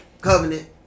covenant